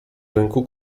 rynku